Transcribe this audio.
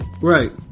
Right